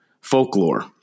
folklore